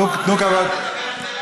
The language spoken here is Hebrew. תנו כבוד, את מדברת על דרך ארץ?